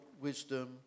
wisdom